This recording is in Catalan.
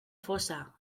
fossa